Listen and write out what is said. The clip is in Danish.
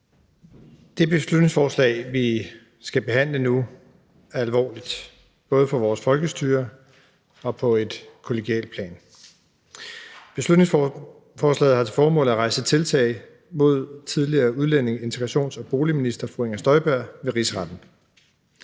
Det beslutningsforslag, vi skal behandle nu, er alvorligt, både for vores folkestyre og på et kollegialt plan. Beslutningsforslaget har til formål at rejse tiltale mod tidligere udlændinge-, integrations- og boligminister Inger Støjberg ved Rigsretten.